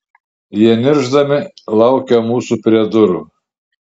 jie niršdami laukė mūsų prie durų